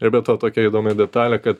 ir be to tokia įdomi detalė kad